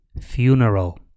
Funeral